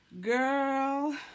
girl